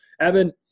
Evan